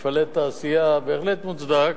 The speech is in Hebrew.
מפעלי תעשייה, בהחלט מוצדק.